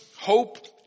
Hope